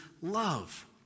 love